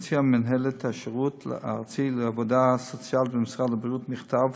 הוציאה מנהלת השירות הארצי לעבודה סוציאלית במשרד הבריאות מכתב